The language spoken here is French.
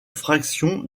fraction